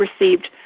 received